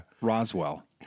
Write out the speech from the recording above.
Roswell